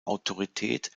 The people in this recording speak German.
autorität